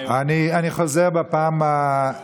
אני חוזר בפעם,